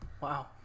wow